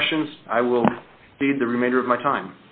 questions i will read the remainder of my time